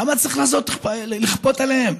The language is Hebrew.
למה צריך לכפות עליהם?